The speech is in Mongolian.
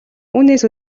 үүнээс